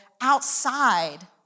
outside